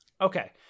Okay